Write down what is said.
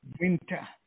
Winter